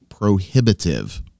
prohibitive